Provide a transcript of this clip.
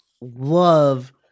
love